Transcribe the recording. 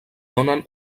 donen